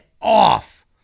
off